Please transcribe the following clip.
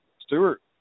Stewart